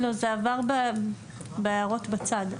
זה עבר בהערות בצד.